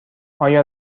آیا